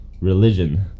Religion